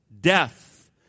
death